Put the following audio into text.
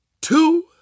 two